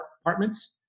apartments